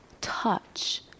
touch